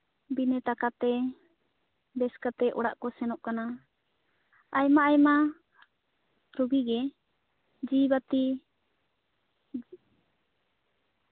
ᱵᱤᱱ ᱴᱟᱠᱟᱛᱮ ᱵᱮᱥ ᱠᱟᱛᱮ ᱚᱲᱟᱜ ᱠᱚ ᱥᱮᱱᱚᱜ ᱠᱟᱱᱟ ᱟᱭᱷᱟᱼᱟᱭᱷᱟ ᱪᱷᱩᱵᱤ ᱜᱮ ᱡᱤᱣᱤ ᱵᱟ ᱛᱤ